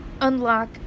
unlock